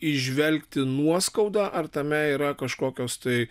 įžvelgti nuoskaudą ar tame yra kažkokios tai